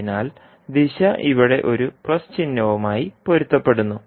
അതിനാൽ ദിശ ഇവിടെ ഒരു പ്ലസ് ചിഹ്നവുമായി പൊരുത്തപ്പെടുന്നു